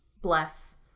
bless